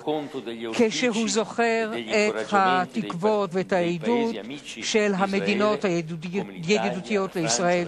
תוך שהוא זוכר את התקוות ואת העידוד של המדינות הידידות של ישראל,